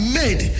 made